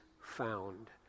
found